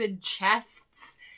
chests